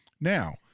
Now